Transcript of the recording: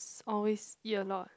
always eat a lot